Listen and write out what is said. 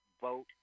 vote